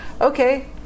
Okay